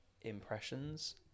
impressions